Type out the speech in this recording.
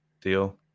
deal